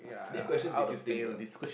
deep questions make you think ah